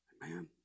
Man